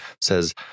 says